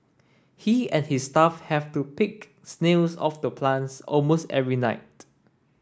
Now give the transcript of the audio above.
he and his staff have to pick snails off the plants almost every night